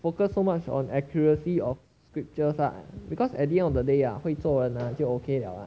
focus so much on accuracy of scriptures lah because at the end of the day ah 会做人啊就 ok 了啦:le lah